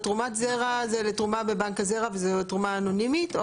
תרומת הזרע זה לתרומה בבנק הזרע וזה תרומה אנונימית.